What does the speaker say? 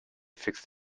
fixed